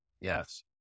Yes